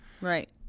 Right